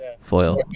foil